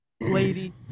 lady